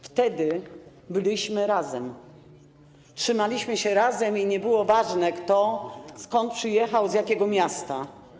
Wtedy byliśmy razem, trzymaliśmy się razem i nie było ważne, kto skąd przyjechał, z jakiego miasta.